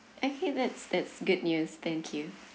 okay that's that's good news thank you